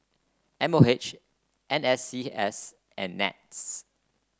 M O H N S C S and NETS